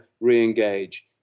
re-engage